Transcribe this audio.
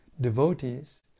Devotees